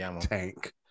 tank